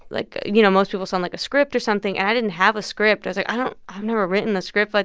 like, you know, most people send, like, a script or something. and i didn't have a script. i was like, i don't i've never written a script. but